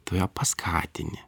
tu ją paskatini